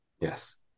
yes